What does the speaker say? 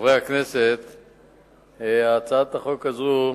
חברי הכנסת, הצעת החוק הזאת,